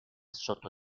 sotto